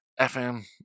fm